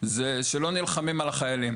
זה שלא נלחמים על החיילים